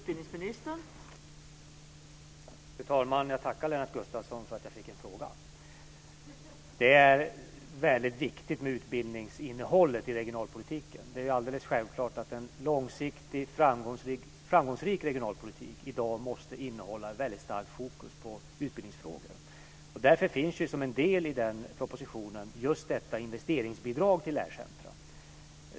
Fru talman! Jag tackar Lennart Gustavsson för att jag fick en fråga. Det är viktigt med utbildningsinnehållet i regionalpolitiken. Det är alldeles självklart att en långsiktigt framgångsrik regionalpolitik i dag måste innehålla en stark fokus på utbildningsfrågor. Därför finns som en del i propositionen investeringsbidrag till lärcentrum.